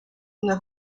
una